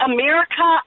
America